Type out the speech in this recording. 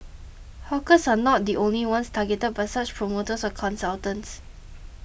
hawkers are not the only ones targeted by such promoters or consultants